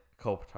Kopitar